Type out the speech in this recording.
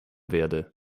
werde